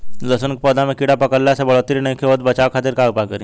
लहसुन के पौधा में कीड़ा पकड़ला से बढ़ोतरी नईखे होत बचाव खातिर का उपाय करी?